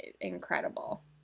incredible